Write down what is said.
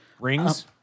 rings